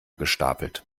gestapelt